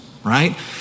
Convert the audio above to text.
Right